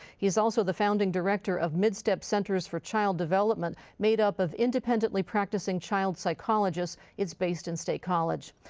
he's also the founding director of midstep centers for child development made up of independently practicing child psychologists, it's based in state college.